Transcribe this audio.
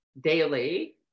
daily